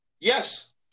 Yes